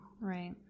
Right